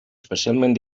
especialment